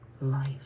life